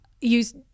use